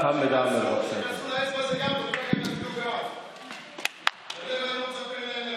כאלה שקיבלו את הנצרות וכאלה שהתנגדו לנצרות והמשיכו לשמור על דתם,